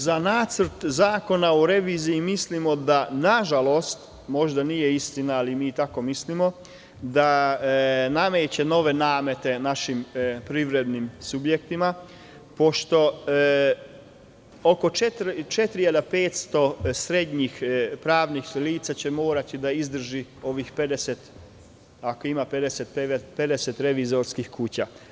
Nažalost, za Nacrt zakona o reviziji mislimo da, možda i nije istina ali tako mislimo, nameće nove namete našim novim privrednim subjektima, pošto oko 400 ili 500 srednjih pravnih lica će morati da izdrži ovih 50, ako ima 50, revizorskih kuća.